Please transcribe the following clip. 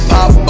Pop